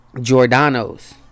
Giordano's